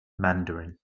mandarin